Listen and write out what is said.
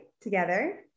Together